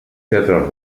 teatres